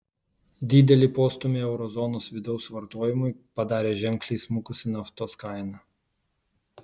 didelį postūmį euro zonos vidaus vartojimui padarė ženkliai smukusi naftos kaina